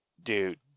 Dude